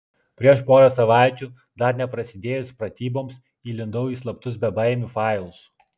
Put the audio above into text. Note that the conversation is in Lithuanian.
prieš porą savaičių dar neprasidėjus pratyboms įlindau į slaptus bebaimių failus